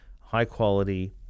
high-quality